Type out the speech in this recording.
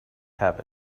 have